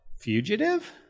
fugitive